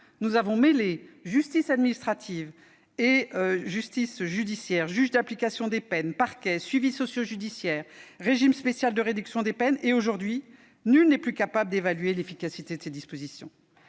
nous avons mêlé justice administrative et justice judiciaire- juge de l'application des peines, parquet, suivi socio-judiciaire, régime spécial de réduction des peines ... Aujourd'hui, nul n'est plus capable d'évaluer l'efficacité de ces dispositions.